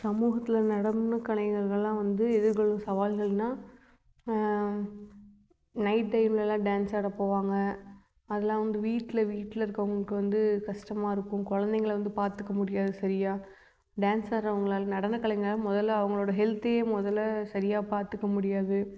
சமூகத்தில் நடன கலைகள்கள்லாம் வந்து எதிர்கொள்ளும் சவால்கள்ன்னால் நைட் டைம்லல்லாம் டான்ஸ் ஆட போவாங்க அதெலாம் வந்து வீட்டில வீட்டில இருக்கவங்களுக்கு வந்து கஸ்டமாக இருக்கும் குழந்தைங்கள வந்து பார்த்துக்க முடியாது சரியாக டான்ஸ் ஆடுறவங்களால் நடன கலைஞர்களால் முதல்ல அவங்களோடய ஹெல்த்தையே முதல சரியாக பார்த்துக்க முடியாது